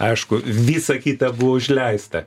aišku visa kita buvo užleista